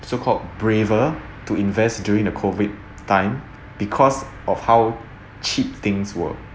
so called braver to invest during the COVID time because of how cheap things work